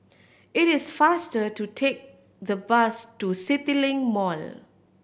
it is faster to take the bus to CityLink Mall